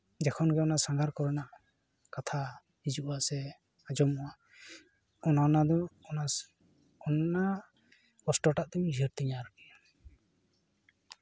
ᱡᱮᱠᱷᱚᱱᱜᱮ ᱚᱱᱟ ᱥᱟᱸᱜᱷᱟᱨ ᱠᱚᱨᱮᱱᱟᱜ ᱠᱟᱛᱷᱟ ᱦᱤᱡᱩᱜᱼᱟ ᱥᱮ ᱟᱸᱡᱚᱢᱚᱜᱼᱟ ᱚᱱᱮ ᱚᱱᱟ ᱫᱚ ᱚᱱᱟ ᱚᱱᱮ ᱚᱱᱟ ᱠᱚᱥᱴᱚ ᱴᱟᱜ ᱫᱩᱧ ᱩᱭᱦᱟᱹᱨ ᱛᱤᱧᱟᱹ ᱟᱨᱠᱤ